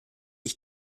ich